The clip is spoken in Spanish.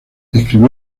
escribió